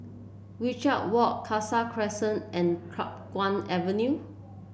Wajek Walk Khalsa Crescent and Chiap Guan Avenue